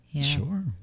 sure